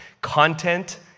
content